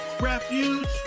refuge